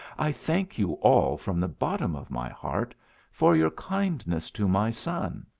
i thank you all from the bottom of my heart for your kindness to my son.